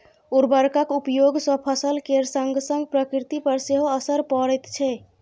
उर्वरकक उपयोग सँ फसल केर संगसंग प्रकृति पर सेहो असर पड़ैत छै